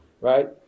right